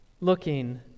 looking